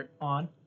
On